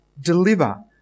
deliver